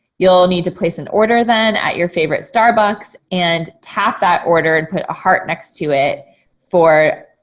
you'll need to place an order then at your favorite starbucks and tap that order and put a heart next to it for,